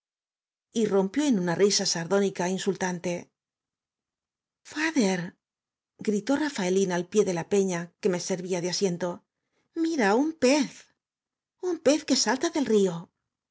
ó en una risa sardónica insultante fathergritó ráfaelín al pie de la peña que m e servía de a s i e n t o mira u n pez u n p e z q u e salta del río